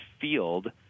field –